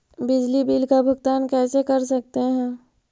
बिजली बिल का भुगतान कैसे कर सकते है?